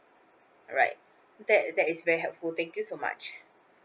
alright that that is very helpful thank you so much